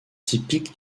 typiques